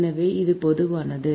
எனவே இது பொதுவானது